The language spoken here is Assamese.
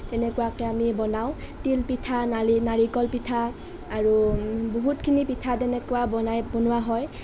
তেনেকুৱাকৈ আমি বনাওঁ তিল পিঠা নালি নাৰিকল পিঠা আৰু বহুতখিনি পিঠা তেনেকুৱা বনাই বনোৱা হয়